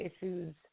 issues